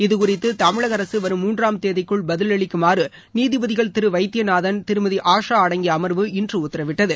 இது குறித்து தமிழக அரசு வரும் மூன்றாம க்தேதிக்குள் பதிலளிக்குமாறு நீதிபதிகள் திரு வைத்தியநாதன் திருமதி ஆஷா அடங்கிய அமர்வு இன்று உத்தரவிட்டது